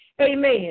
amen